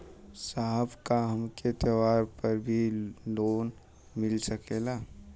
साहब का हमके त्योहार पर भी लों मिल सकेला?